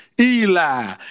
Eli